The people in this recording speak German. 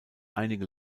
einige